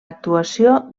actuació